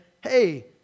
hey